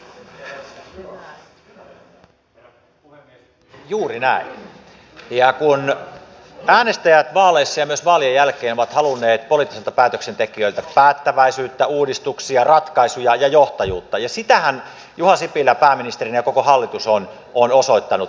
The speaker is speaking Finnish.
ja kun äänestäjät vaaleissa ja myös vaalien jälkeen ovat halunneet poliittisilta päätöksentekijöiltä päättäväisyyttä uudistuksia ratkaisuja ja johtajuutta niin sitähän juha sipilä pääministerinä ja koko hallitus on osoittanut